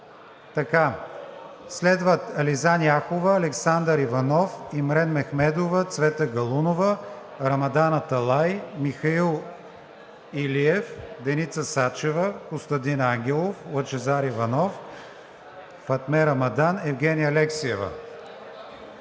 Танева, след нея са Ализан Яхова, Александър Иванов, Имрен Мехмедова, Цвета Галунова, Рамадан Аталай, Михаил Илиев, Деница Сачева, Костадин Ангелов, Лъчезар Иванов, Фатме Рамадан, Евгения Алексиева.